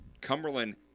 Cumberland